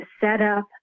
setup